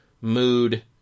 mood